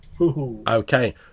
Okay